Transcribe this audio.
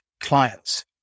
clients